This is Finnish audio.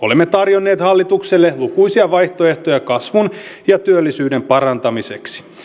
olemme tarjonneet hallitukselle lukuisia vaihtoehtoja kasvun ja työllisyyden parantamiseksi